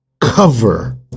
cover